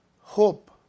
hope